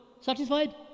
satisfied